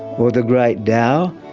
or the great dow,